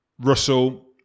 Russell